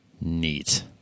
Neat